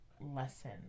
lesson